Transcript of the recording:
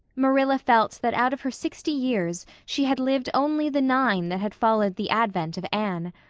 marilla felt that out of her sixty years she had lived only the nine that had followed the advent of anne.